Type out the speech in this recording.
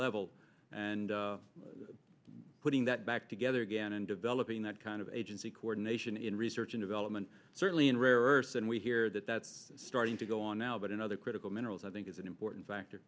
level and putting that back together again and developing that kind of agency coordination in research in development certainly in rare earth and we hear that that's starting to go on now but in other critical minerals i think is an important factor